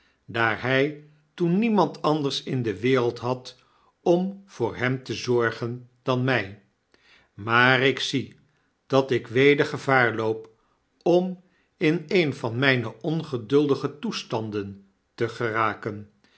daar hy toen demand anders in de wereld had om voor hem te zorgen dan my maar ik zie dat ik weder gevaar loop om in een van myne ongeduldige toestanden te geraken